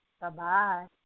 Bye-bye